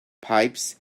pipes